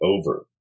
over